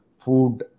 food